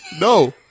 no